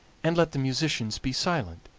and let the musicians be silent,